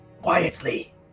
Quietly